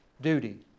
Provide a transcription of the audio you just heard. duty